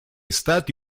stati